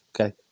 okay